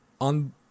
on